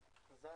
שלום,